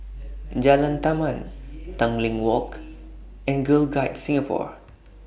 Jalan Taman Tanglin Walk and Girl Guides Singapore